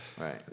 Right